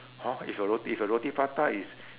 !huh! if your roti if your roti prata is